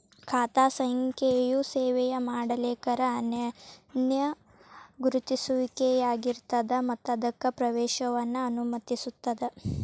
ಖಾತಾ ಸಂಖ್ಯೆಯು ಸೇವೆಯ ಮಾಲೇಕರ ಅನನ್ಯ ಗುರುತಿಸುವಿಕೆಯಾಗಿರ್ತದ ಮತ್ತ ಅದಕ್ಕ ಪ್ರವೇಶವನ್ನ ಅನುಮತಿಸುತ್ತದ